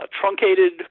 truncated